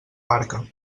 barca